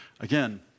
Again